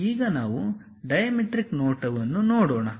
ಈಗ ನಾವು ಡೈಮೆಟ್ರಿಕ್ ನೋಟವನ್ನು ನೋಡೋಣ